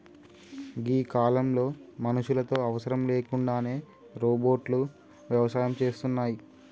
గీ కాలంలో మనుషులతో అవసరం లేకుండానే రోబోట్లు వ్యవసాయం సేస్తున్నాయి